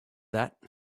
that